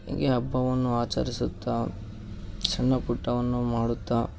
ಹಬ್ಬವನ್ನು ಆಚರಿಸುತ್ತಾ ಸಣ್ಣ ಪುಟ್ಟವನ್ನು ಮಾಡುತ್ತಾ